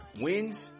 wins